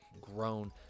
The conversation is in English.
grown